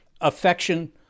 Affection